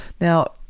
Now